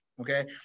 Okay